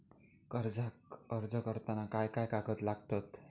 कर्जाक अर्ज करताना काय काय कागद लागतत?